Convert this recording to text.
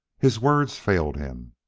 his words failed him.